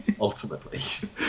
Ultimately